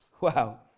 Wow